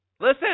Listen